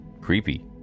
Creepy